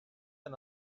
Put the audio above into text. and